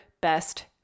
best